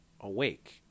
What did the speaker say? awake